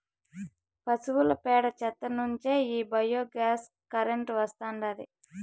పశువుల పేడ చెత్త నుంచే ఈ బయోగ్యాస్ కరెంటు వస్తాండాది